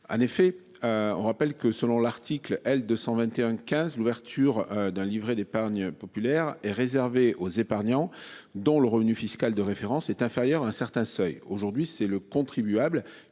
en effet. On rappelle que selon l'article L. 221 15, l'ouverture d'un livret d'épargne populaire est réservé aux épargnants dont le revenu fiscal de référence est inférieur à un certain seuil, aujourd'hui c'est le contribuable